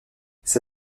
ça